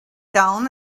down